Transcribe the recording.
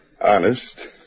Honest